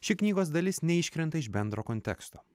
ši knygos dalis neiškrenta iš bendro konteksto